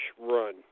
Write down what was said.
run